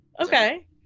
Okay